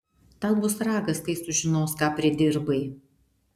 tau bus ragas kai sužinos ką pridirbai